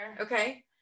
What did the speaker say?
Okay